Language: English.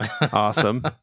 Awesome